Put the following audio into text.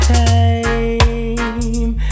time